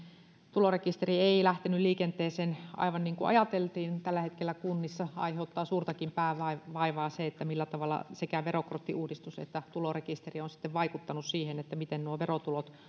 tulorekisteri ei lähtenyt liikenteeseen aivan niin kuin ajateltiin tällä hetkellä kunnissa aiheuttaa suurtakin päänvaivaa se millä tavalla sekä verokorttiuudistus että tulorekisteri ovat sitten vaikuttaneet siihen miten verotulot